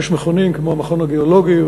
יש מכונים כמו המכון הגיאולוגי,